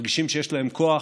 מרגישים שיש להם כוח.